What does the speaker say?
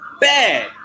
bad